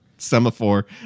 semaphore